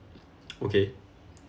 okay